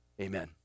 Amen